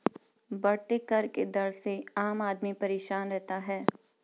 बढ़ते कर के दर से आम आदमी परेशान रहता है